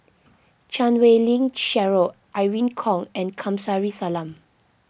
Chan Wei Ling Cheryl Irene Khong and Kamsari Salam